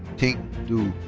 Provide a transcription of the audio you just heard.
ting du.